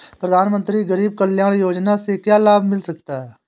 प्रधानमंत्री गरीब कल्याण योजना से क्या लाभ मिल सकता है?